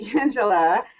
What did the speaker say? Angela